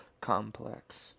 complex